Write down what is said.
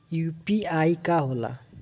UPI का होला?